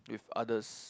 with others